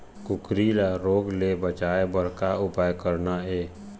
कुकरी ला रोग ले बचाए बर का उपाय करना ये?